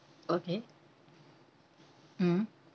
okay mm